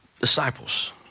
disciples